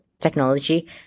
technology